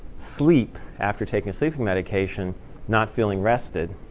sleep after taking a sleeping medication not feeling rested.